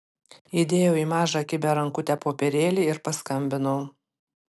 įdėjau į mažą kibią rankutę popierėlį ir paskambinau